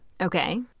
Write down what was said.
Okay